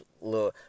little